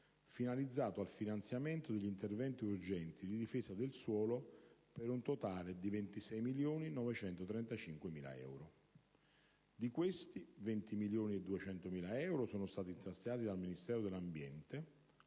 finalizzato al finanziamento degli interventi urgenti di difesa del suolo, per un totale di 26,935 milioni di euro. Di questi, 20,200 milioni di euro sono stati stanziati dal Ministero dell’ambiente